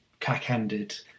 cack-handed